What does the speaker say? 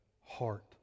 heart